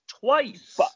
twice